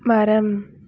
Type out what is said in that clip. மரம்